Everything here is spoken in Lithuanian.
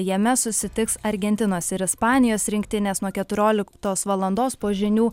jame susitiks argentinos ir ispanijos rinktinės nuo keturioliktos valandos po žinių